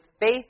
faith